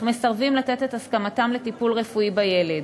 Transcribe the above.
מסרבים לתת את הסכמתם לטיפול רפואי בילד